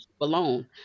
alone